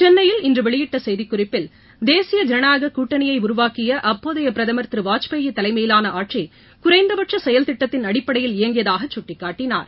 சென்னையில் இன்று வெளியிட்ட செய்திக்குறிப்பில் தேசிய ஜனநாயகக் கூட்டணியை உருவாக்கிய அப்போதைய பிரதமர் திரு வாஜ்பாய் தலைமையிலான ஆட்சி குறைந்தபட்ச செயல்திட்டத்தின் அடிப்படையில் இயங்கியதாக சுட்டிக்காட்டினார்